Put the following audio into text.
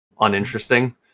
uninteresting